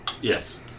Yes